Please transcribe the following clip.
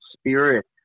spirit